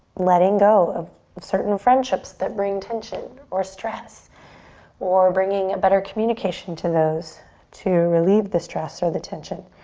letting go of certain friendships that bring tension or stress or bringing a better communication to those to relieve the stress or the tension,